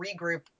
regroup